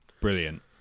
Brilliant